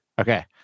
okay